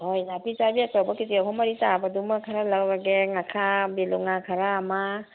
ꯍꯣꯏ ꯅꯥꯄꯤꯆꯥꯕꯤ ꯑꯆꯧꯕ ꯀꯦ ꯖꯤ ꯑꯍꯨꯝ ꯃꯔꯤ ꯇꯥꯕꯗꯨꯃ ꯈꯔ ꯂꯧꯔꯒꯦ ꯉꯈꯥ ꯕꯦꯂꯨꯉꯥ ꯈꯔ ꯑꯃ